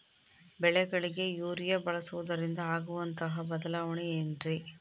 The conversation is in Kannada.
ಬೆಳೆಗಳಿಗೆ ಯೂರಿಯಾ ಬಳಸುವುದರಿಂದ ಆಗುವಂತಹ ಬದಲಾವಣೆ ಏನ್ರಿ?